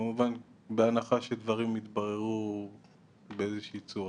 כמובן בהנחה שדברים יתבררו באיזה שהיא צורה,